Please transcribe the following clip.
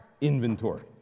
inventory